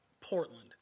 Portland